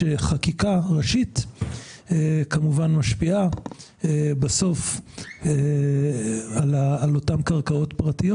שחקיקה ראשית משפיעה בסוף על אותן קרקעות פרטיות